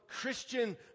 Christian